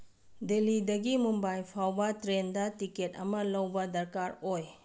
ꯗꯦꯜꯂꯤꯗꯒꯤ ꯃꯨꯝꯕꯥꯏ ꯐꯥꯎꯕ ꯇ꯭ꯔꯦꯟꯗ ꯇꯤꯀꯀꯦꯠ ꯑꯃ ꯂꯧꯕ ꯗꯔꯀꯥꯔ ꯑꯣꯏ